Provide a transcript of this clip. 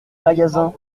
magasin